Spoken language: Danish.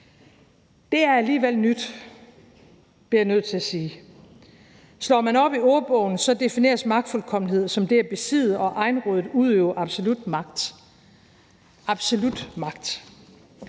Det er alligevel nyt, bliver jeg nødt til sige. Slår man op i ordbogen, defineres magtfuldkommenhed som det at besidde og egenrådigt udøve absolut magt. Absolut magt